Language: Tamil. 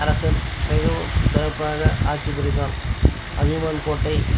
அரசன் மிகவும் சிறப்பாக ஆட்சி புரிந்தான் அதியமான் கோட்டை